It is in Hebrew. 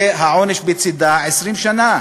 והעונש בצדו, 20 שנה.